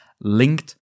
linked